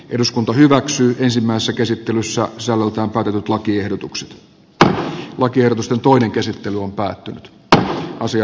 eduskunta hyväksyi ensimmäisen käsittelyn saa salolta pakatut lakiehdotuksen että lakiehdotusta toinen käsittely on päättynyt b osia